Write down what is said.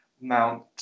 Mount